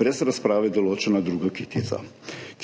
brez razprave določena druga kitica,